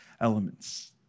elements